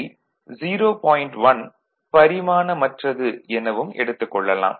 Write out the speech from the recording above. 1 பரிமாணமற்றது எனவும் எடுத்துக் கொள்ளலாம்